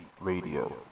radio